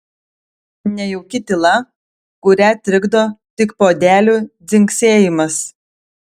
nejauki tyla kurią trikdo tik puodelių dzingsėjimas